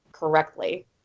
correctly